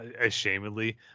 ashamedly